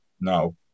No